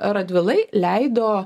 radvilai leido